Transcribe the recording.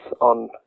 on